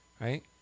right